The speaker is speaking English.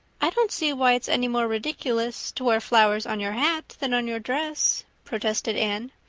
i don't see why it's any more ridiculous to wear flowers on your hat than on your dress, protested anne.